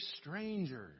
strangers